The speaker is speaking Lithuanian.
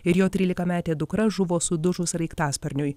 ir jo trylikametė dukra žuvo sudužus sraigtasparniui